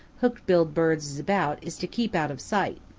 hook-billed birds is about is to keep out of sight.